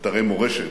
לאתרי מורשת.